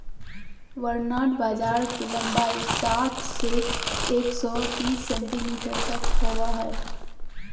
barnyard बाजरा के लंबाई साठ से एक सो तिस सेंटीमीटर तक होबा हइ